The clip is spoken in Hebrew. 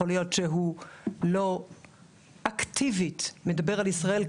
יכול להיות שהוא לא אקטיבית מדבר על ישראל,